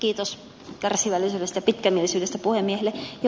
kiitos kärsivällisyydestä ja pitkämielisyydestä puhemiehelle